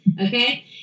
Okay